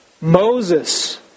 Moses